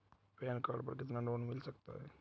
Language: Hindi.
पैन कार्ड पर कितना लोन मिल सकता है?